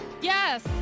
Yes